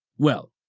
well,